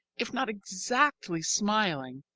if not exactly smiling,